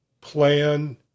plan